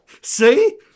See